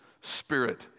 spirit